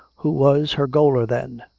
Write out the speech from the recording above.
who was her gaoler then!